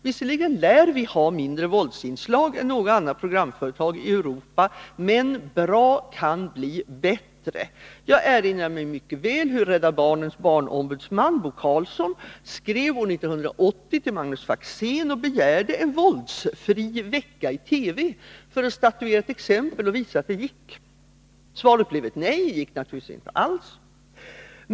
Visserligen lär Sveriges Television ha mindre våldsinslag än något annat programföretag i Europa, men bra kan bli bättre. Jag erinrar mig mycket väl hur Föreningen Rädda barnens barnombudsman Bo Carlsson år 1980 skrev till Magnus Faxén och begärde en våldsfri vecka i TV, för att statuera ett exempel och visa att det gick. Svaret blev nej. Det gick naturligtvis inte alls.